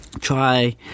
try